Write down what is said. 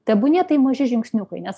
tebūnie tai maži žingsniukai nes